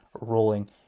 rolling